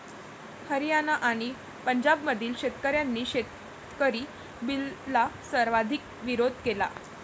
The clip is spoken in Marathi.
हरियाणा आणि पंजाबमधील शेतकऱ्यांनी शेतकरी बिलला सर्वाधिक विरोध केला